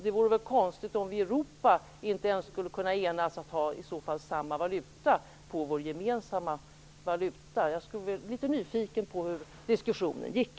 Det vore väl konstigt om vi i Europa inte ens skulle kunna enas om samma uttal av vår gemensamma valuta. Jag är nyfiken på hur diskussionen gick.